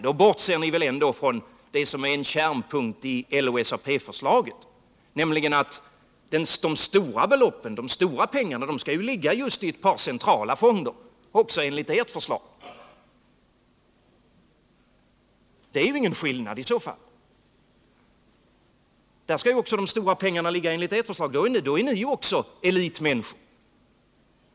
Då bortser ni väl ändå från det som är en kärnpunkt i LO-SAP-förslaget, nämligen att de stora pengarna skall ligga just i ett par centrala fonder. Det är ju ingen skillnad i så fall, då är ni ju också elitmänniskor.